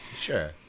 Sure